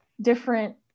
different